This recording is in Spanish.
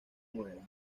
moderado